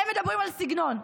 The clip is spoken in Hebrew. הם מדברים על סגנון,